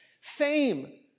Fame